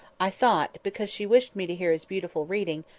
i thought, because she wished me to hear his beautiful reading,